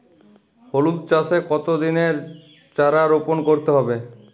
হলুদ চাষে কত দিনের চারা রোপন করতে হবে?